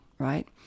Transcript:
right